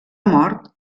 mort